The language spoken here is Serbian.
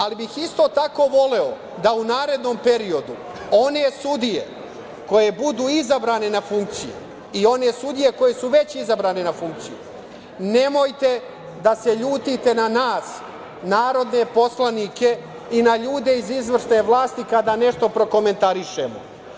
Ali, isto tako, voleo bih da u narednom periodu one sudije koje budu izabrane na funkciju i one sudije koje su već izabrane na funkciju, nemojte da se ljutite na nas, narodne poslanike i na ljude iz izvršne vlasti kada nešto prokomentarišemo.